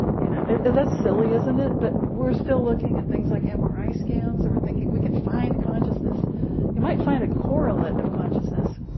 you know that's silly, isn't it, but we're still looking at things like mri scans. they were thinking we can find consciousness you might find a correlate of consciousness,